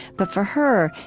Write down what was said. but for her,